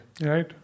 Right